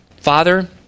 Father